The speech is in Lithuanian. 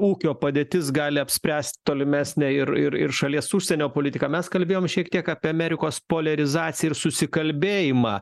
ūkio padėtis gali apspręst tolimesnę ir ir ir šalies užsienio politiką mes kalbėjom šiek tiek apie amerikos poliarizaciją ir susikalbėjimą